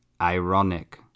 Ironic